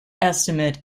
estimate